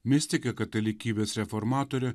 mistikę katalikybės reformatorę